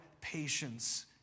patience